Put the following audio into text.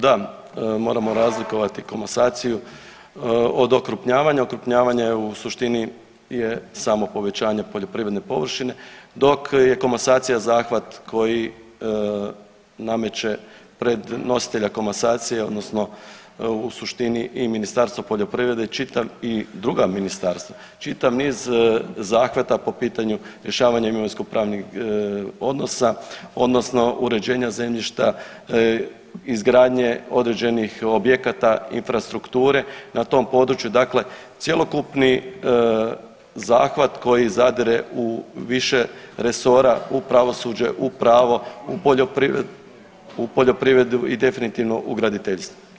Da, moramo razlikovati komasaciju od okrupnjavanja, okrupnjavanje u suštini je samo povećanje poljoprivredne površine dok je komasacija zahvat koji nameće pred nositelja komasacije odnosno u suštini i Ministarstvo poljoprivrede čitav i druga ministarstva, čitav niz zahvata po pitanju rješavanja imovinsko pravnih odnosa odnosno uređenja zemljišta, izgradnje određenih objekata infrastrukture na tom području dakle cjelokupni zahvat koji zadire u više resora u pravosuđe, u pravo, u poljoprivredu i definitivno u graditeljstvo.